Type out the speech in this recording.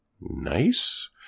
nice